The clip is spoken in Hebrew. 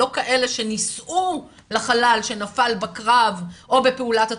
לא כאלה שנישאו לחלל שנפל בקרב או בפעולת הטרור,